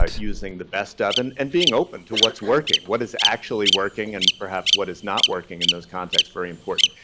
um using the best of, and and being open to what's working. what is actually working? and perhaps what is not working in those contexts? very important.